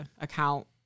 account